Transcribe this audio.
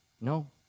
No